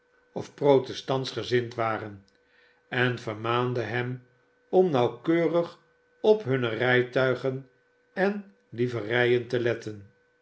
of zij paapsch ofprotestantschgezind waren en vermaande hem om nauwkeurig op hunne rijtuigen en livereien te letten